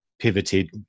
Pivoted